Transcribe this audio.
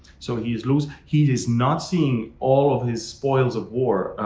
so he's losing. he is not seeing all of his spoils of war,